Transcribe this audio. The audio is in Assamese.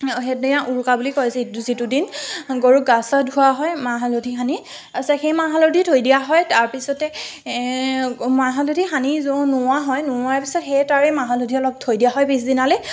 সেইদিনা উৰুকা বুলি কয় যিটো দিন গৰুক গা চা ধুওৱা হয় মাহ হালধি সানি সেই মাহ হালধি ধুই দিয়া হয় তাৰপিছতে মাহ হালধি সানি নোওৱা হয় নোওৱাৰ পিছতে সেই তাৰে মাহ হালধি অলপ থৈ দিয়া হয় পিছদিনালৈ আৰু